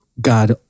God